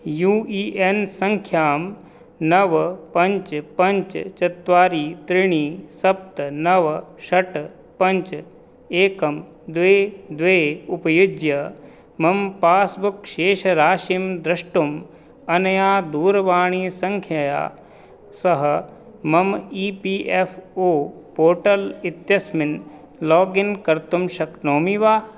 you A N सङ्ख्यां नव पञ्च पञ्च चत्वारि त्रीणि सप्त नव षट् पञ्च एकं द्वे द्वे उपयुज्य मम पास्बुक् शेषराशिं द्रष्टुं अनया दूरवाणीसङ्ख्यया सह मम E P F O portal इत्यस्मिन् लोगिन् कर्तुं शक्नोमि वा